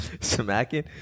Smacking